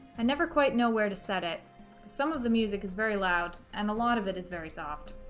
i never quite know where to set it some of the music is very loud and a lot of it is very soft